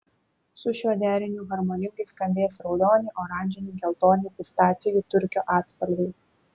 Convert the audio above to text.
su šiuo deriniu harmoningai skambės raudoni oranžiniai geltoni pistacijų turkio atspalviai